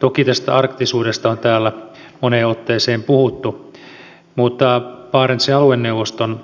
toki tästä arktisuudesta on täällä moneen otteeseen puhuttu mutta barentsin alueneuvoston